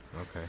Okay